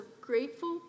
grateful